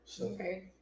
Okay